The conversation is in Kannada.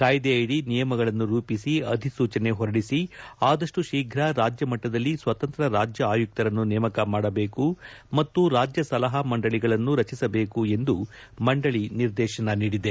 ಕಾಯಿದೆ ಅಡಿ ನಿಯಮಗಳನ್ನು ರೂಪಿಸಿ ಅಧಿಸೂಚನೆ ಹೊರಡಿಸಿ ಆದಷ್ಟು ಶೀಘ್ರ ರಾಜ್ಯಮಟ್ಟದಲ್ಲಿ ಸ್ವತಂತ್ರ ರಾಜ್ಯ ಆಯುಕ್ತರನ್ನು ನೇಮಕ ಮಾಡಬೇಕು ಮತ್ತು ರಾಜ್ಯ ಸಲಹಾ ಮಂಡಳಿಗಳನ್ನು ರಚಿಸಬೇಕು ಎಂದೂ ಸಹ ಮಂಡಳಿ ನಿರ್ದೇಶನ ನೀಡಿದೆ